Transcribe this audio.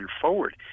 forward